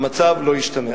המצב לא ישתנה.